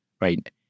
right